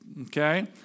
okay